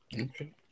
Okay